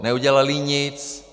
Neudělali nic.